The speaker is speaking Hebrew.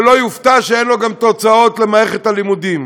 שלא יופתע שאין לו גם תוצאות במערכת הלימודים.